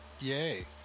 yay